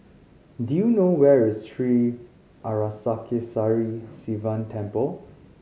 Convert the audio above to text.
do you know where is Sri Arasakesari Sivan Temple